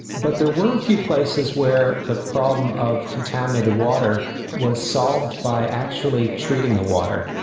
but there were a few places where the problem of contaminated water was solved by actually treating the water,